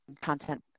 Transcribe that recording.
content